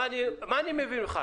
מה אני מבין ממך,